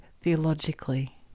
theologically